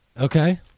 Okay